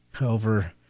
over